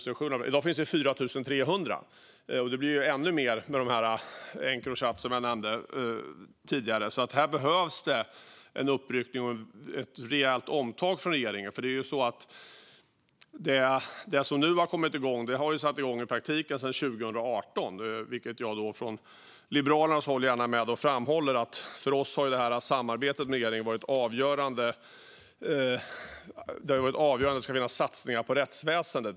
I dag finns det 4 300, och det blir alltså behov av ännu fler tack vare Encrochat, vilket jag nämnde tidigare. Här behövs det en uppryckning och ett rejält omtag från regeringen. Det som nu har kommit igång satte i praktiken igång 2018, och som representant för Liberalerna är jag gärna med och framhåller att samarbetet med regeringen har varit avgörande för att det ska göras satsningar på rättsväsendet.